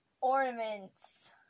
ornaments